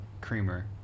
creamer